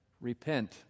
repent